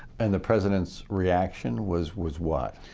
and the president's reaction was was what,